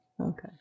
okay